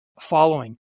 following